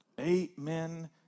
Amen